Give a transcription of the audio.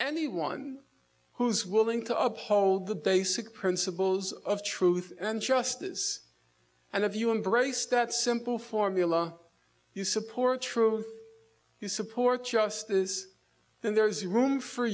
anyone who's willing to uphold the basic principles of truth and justice and if you embrace that simple formula you support truth you support justice and there is room for